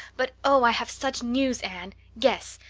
but oh, i have such news, anne. guess.